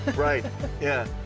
right yeah.